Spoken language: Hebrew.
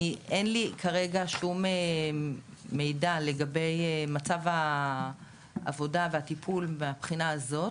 אין לי כרגע שום מידע לגבי מצב העבודה והטיפול מהבחינה הזאת,